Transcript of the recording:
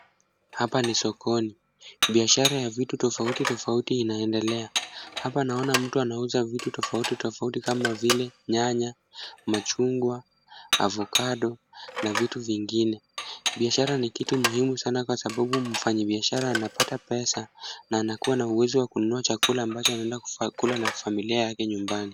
Hapa ni sokoni. Biashara ya vitu tofauti tofauti inaendelea. Hapa naona mtu anauza vitu tofauti tofauti kama vile; nyanya, machungwa, Avocado na vitu vingine. Biashara ni kitu muhimu sana kwa sababu mfanyibiashara anapata pesa na anakuwa na uwezo wa kununua chakula ambacho anaenda kula na familia yake nyumbani.